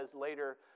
later